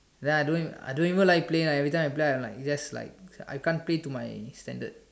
then I don't I don't even like playing like everytime I play right I'm like just like I can't play to my standard